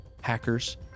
hackers